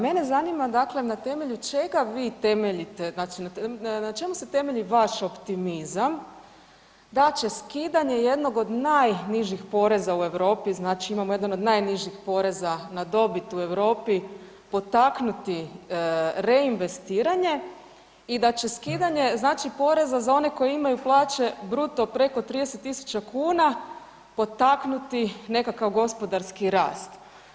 Mene zanima dakle na temelju čega vi temeljite znači na čemu se temelji vaš optimizam da će skidanje jednog od najnižih poreza u Europi, znači imamo jedan od najnižih poreza na dobit u Europi, potaknuti reinvestiranje i da će skidanje znači poreza za one koji imaju plaće bruto preko 30 tisuća kuna potaknuti nekakav gospodarski rast.